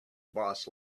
boss